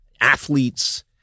athletes